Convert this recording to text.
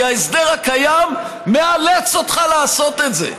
כי ההסדר הקיים מאלץ אותך לעשות את זה,